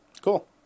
Cool